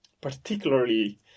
particularly